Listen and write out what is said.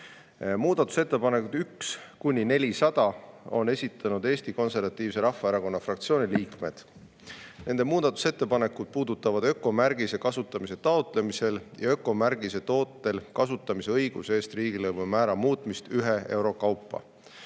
Muudatusettepanekud 1–400 on esitanud Eesti Konservatiivse Rahvaerakonna fraktsiooni liikmed. Nende muudatusettepanekud puudutavad ökomärgise kasutamise taotlemisel ja ökomärgise tootel kasutamise õiguse eest riigilõivumäära muutmist ühe euro kaupa.